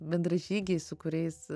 bendražygiai su kuriais